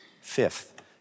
Fifth